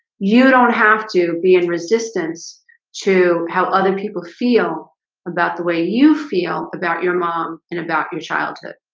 you don't have to be in resistance to how other people feel about the way you feel about your mom and about your childhood.